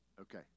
Okay